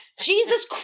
Jesus